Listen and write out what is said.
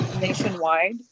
nationwide